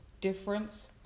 difference